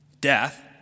death